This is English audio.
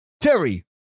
Terry